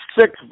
six